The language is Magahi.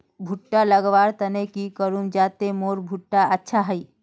भुट्टा लगवार तने की करूम जाते मोर भुट्टा अच्छा हाई?